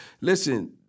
listen